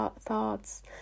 thoughts